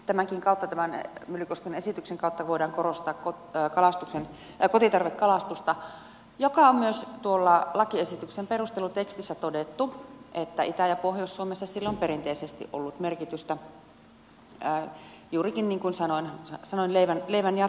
ja muutoinkin tämän myllykoskenkin esityksen kautta voidaan korostaa kotitarvekalastusta ja myös tuolla lakiesityksen perustelutekstissä on todettu että itä ja pohjois suomessa sillä on perinteisesti ollut merkitystä juurikin niin kuin sanoin leivän jatkeena